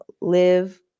live